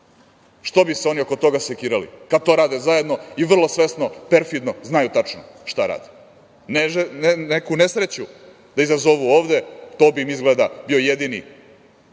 Što bi se oni oko toga sekirali, kad to rade zajedno i vrlo svesno, perfidno, znaju tačno šta rade. Neku nesreću da izazovu ovde, to bi im izgleda bio jedini